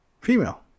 female